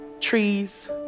trees